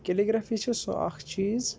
calligraphy چھِ سُہ اَکھ چیٖز